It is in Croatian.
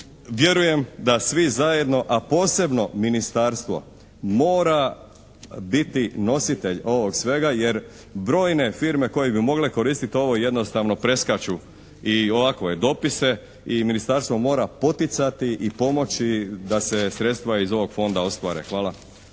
vjerujem da svi zajedno, a posebno ministarstvo mora biti nositelj ovog svega, jer brojne firme koje bi mogle koristiti ovo jednostavno preskaču i ovakove dopise i ministarstvo mora poticati i pomoći da se sredstva iz ovog fonda ostvare. Hvala.